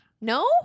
No